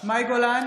מאי גולן,